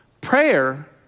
Prayer